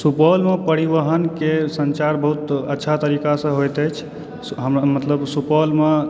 सुपौलमे परिवहनके संचार बहुत अच्छा तरिकासँ होइत अछि हमरा मतलब सुपौलमे